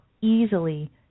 easily